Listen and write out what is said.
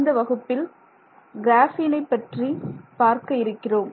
இந்த வகுப்பில் கிராஃபீனை பற்றி பார்க்க இருக்கிறோம்